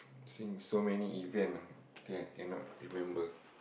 seeing so many event ah I think I cannot remember